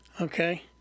Okay